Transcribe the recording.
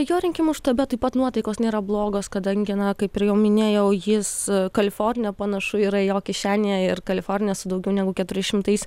jo rinkimų štabe taip pat nuotaikos nėra blogos kadangi na kaip ir jau minėjau jis kalifornija panašu yra jo kišenėje ir kalifornija su daugiau negu keturi šimtais